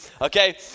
Okay